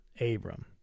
abram